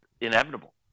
inevitable